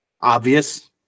obvious